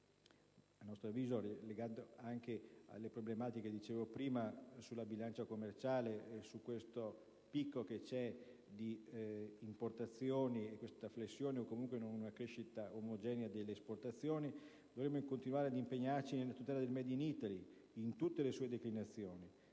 A nostro avviso, legando anche le problematiche, di cui parlavo prima, sulla bilancia commerciale e sul picco che esiste di importazioni e questa flessione o comunque una crescita omogenea delle esportazioni, dovremo continuare ad impegnarci nella tutela del *made in Italy* in tutte le sue declinazioni,